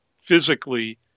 physically